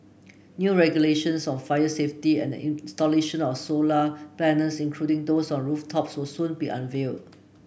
new regulations on fire safety and the installation of solar panels including those on rooftops will soon be unveil